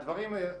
הדברים מאוד